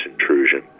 intrusion